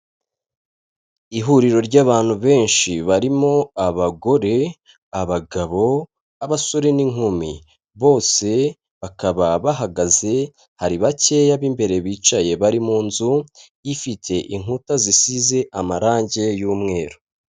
Ihuriro ry’abantu benshi barimo abagore, abagabo, abasore n’inkumi bose bakaba bahagaze, hari bake b’imbere bicaye, bari mu nzu ifite inkuta zisize amarangi y’umweru.